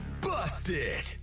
busted